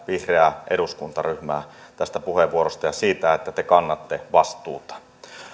vihreää eduskuntaryhmää tästä puheenvuorosta ja siitä että te kannatte vastuuta